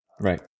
Right